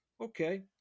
okay